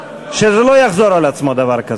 שלא יחזור על עצמו דבר כזה.